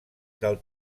del